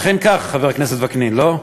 אכן כך, חבר הכנסת וקנין, לא?